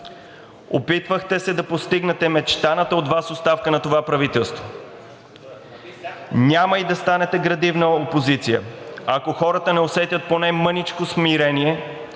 Опитвахте се да постигнете мечтаната от Вас оставка на това правителство. Няма и да станете градивна опозиция, ако хората не усетят поне мъничко смирение